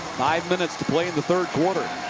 five minutes to play in the third quarter.